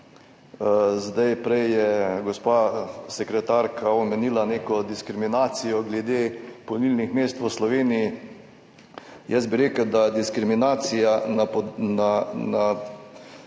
ne. Prej je gospa sekretarka omenila neko diskriminacijo glede polnilnih mest v Sloveniji. Jaz bi rekel, da se diskriminacija trenutno